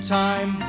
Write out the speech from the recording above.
time